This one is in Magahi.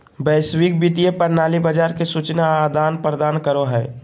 वैश्विक वित्तीय प्रणाली बाजार के सूचना आदान प्रदान करो हय